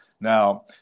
now